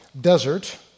desert